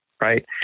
right